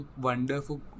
wonderful